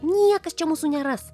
niekas čia mūsų neras